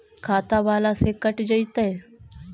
खाता बाला से कट जयतैय?